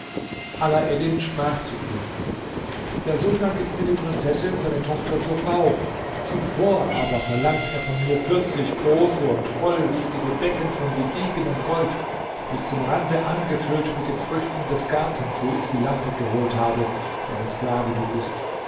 alaeddin sprach zu ihm der sultan gibt mir die prinzessin seine tochter zur frau zuvor aber verlangt er von mir vierzig große und vollwichtige becken von gediegenem gold bis zum rande angefüllt mit den früchten des gartens wo ich die lampe geholt habe deren sklave du bist